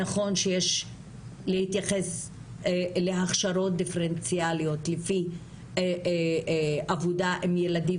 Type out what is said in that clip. נכון שיש להתייחס להכשרות דיפרנציאליות לפי עבודה עם ילדים